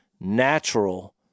natural